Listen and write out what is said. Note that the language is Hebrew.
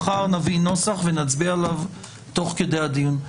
מחר נביא נוסח ועליו נצביע תוך כדי הדיון.